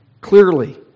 clearly